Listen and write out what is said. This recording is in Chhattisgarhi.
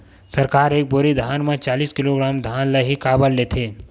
सरकार एक बोरी धान म चालीस किलोग्राम धान ल ही काबर लेथे?